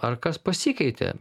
ar kas pasikeitė